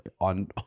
on